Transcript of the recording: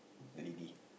lady